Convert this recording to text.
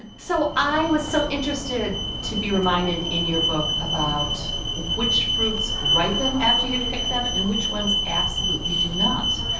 so i was so interested to be reminded in your book about which fruits ripen after you pick them and which ones absolutely do not.